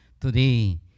Today